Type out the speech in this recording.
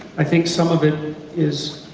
i think some of it is